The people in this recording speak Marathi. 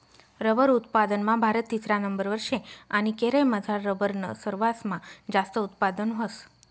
रबर उत्पादनमा भारत तिसरा नंबरवर शे आणि केरयमझार रबरनं सरवासमा जास्त उत्पादन व्हस